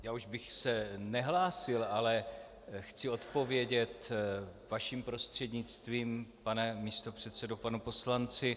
Já už bych se nehlásil, ale chci odpovědět vaším prostřednictvím, pane místopředsedo, panu poslanci.